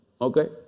okay